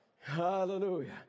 Hallelujah